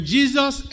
Jesus